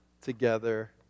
together